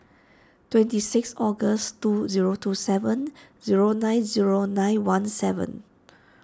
twenty six August two zero two seven zero nine zero nine one seven